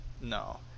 no